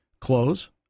close